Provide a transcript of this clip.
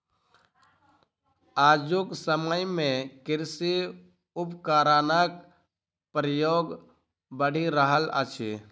आजुक समय मे कृषि उपकरणक प्रयोग बढ़ि रहल अछि